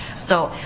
so,